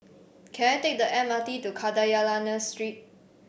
can I take the M R T to Kadayanallur Street